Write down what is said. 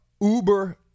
Uber